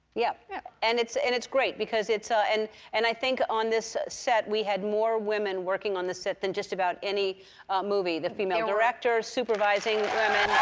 yeah. yeah. and it's and it's great, because it's ah and and i think, on this set, we had more women working on this set than just about any movie the female director, supervising